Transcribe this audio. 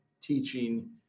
teaching